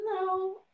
No